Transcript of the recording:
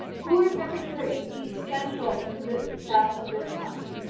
cooler temperature is essential to the success of this crust.